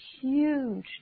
huge